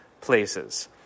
places